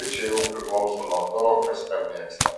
bet čia jau priklauso nuo to kas ką mėgsta